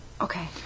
Okay